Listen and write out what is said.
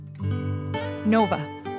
Nova